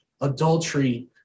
adultery